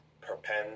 perpend